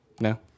No